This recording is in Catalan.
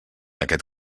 aquest